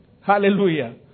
Hallelujah